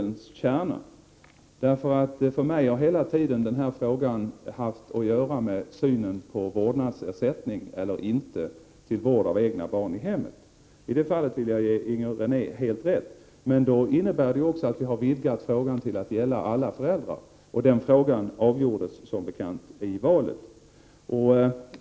Fru talman! Nu tycker jag vi närmar oss pudelns kärna. För mig har den här frågan hela tiden haft att göra med synen på vårdnadsersättning eller inte för vård av egna barn i hemmet — i det fallet vill jag ge Inger René helt rätt. Men därmed har frågan också vidgats till att gälla alla föräldrar, och den frågan avgjordes som bekant i valet.